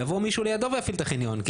אז יבוא מישהו לידו ויפעיל את החניון.